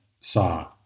saw